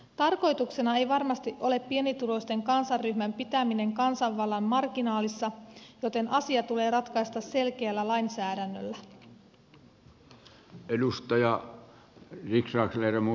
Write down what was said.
tarkoituksena ei varmasti ole pienituloisten kansanryhmän pitäminen kansanvallan marginaalissa joten asia tulee ratkaista selkeällä lainsäädännöllä